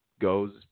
goes